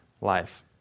life